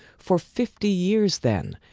for fifty years, then,